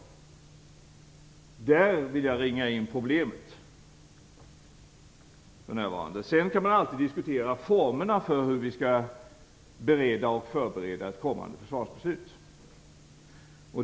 Där vill jag ringa in problemet för närvarande. Sedan kan man alltid diskutera formerna för hur vi skall bereda och förbereda ett kommande försvarsbeslut.